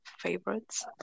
favorites